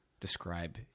describe